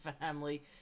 family